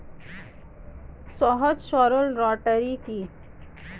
সহজ সরল রোটারি কি?